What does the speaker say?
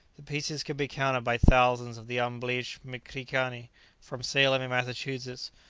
the pieces could be counted by thousands of the unbleached mcrikani from salem in massachusetts,